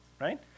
Right